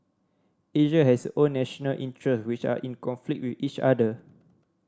Asia has own national interest which are in conflict with each other